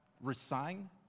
resign